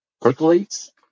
percolates